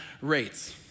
rates